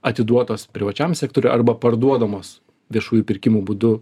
atiduotos privačiam sektoriui arba parduodamos viešųjų pirkimų būdu